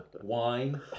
wine